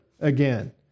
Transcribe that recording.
again